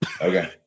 Okay